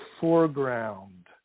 foreground